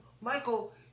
Michael